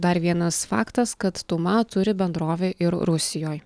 dar vienas faktas kad tuma turi bendrovę ir rusijoj